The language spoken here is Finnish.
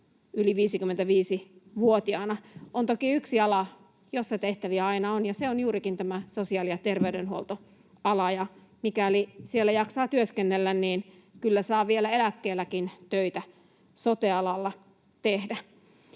yli 55-vuotiaana. On toki yksi ala, jolla tehtäviä aina on, ja se on juurikin tämä sosiaali- ja terveydenhuoltoala. Mikäli siellä jaksaa työskennellä, niin kyllä saa vielä eläkkeelläkin töitä sote-alalla tehdä.